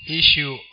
issue